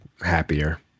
happier